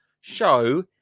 show